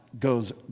goes